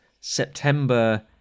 September